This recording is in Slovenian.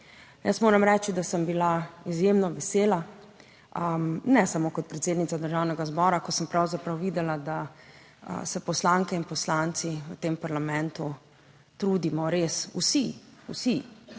Jaz moram reči, da sem bila izjemno vesela, ne samo kot predsednica Državnega zbora, ko sem pravzaprav videla, da se poslanke in poslanci v tem parlamentu trudimo, res vsi, vsi,